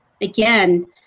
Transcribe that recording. again